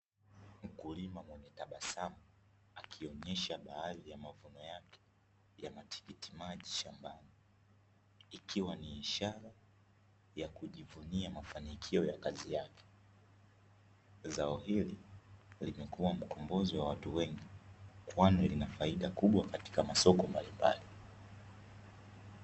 Mkulima mwenye tabasamu akionyesha baadhi ya mavuno yake yake ya matikiti maji shambani, ikiwa ni ishara ya kujivunia mafanikio ya kazi yake. Zao hili limekua mkombozi wa watu wengi kwani lina faida katika masoko mbalimbali.